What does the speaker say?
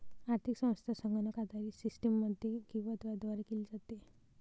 आर्थिक संस्था संगणक आधारित सिस्टममध्ये किंवा त्याद्वारे केली जाते